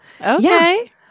Okay